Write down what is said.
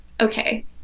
Okay